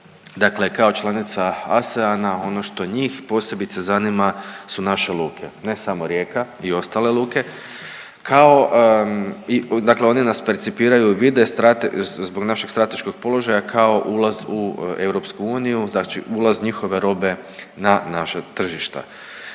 Dakle, kao članica ASEAN-a ono što njih posebice zanima su naše luke ne samo Rijeka i ostale luke kao i, dakle oni nas percipiraju, vide zbog našeg strateškog položaja kao ulaz u EU, znači ulaz njihove robe na naša tržišta.